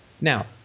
Now